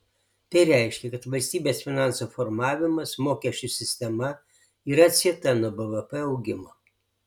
tai reiškia kad valstybės finansų formavimas mokesčių sistema yra atsieta nuo bvp augimo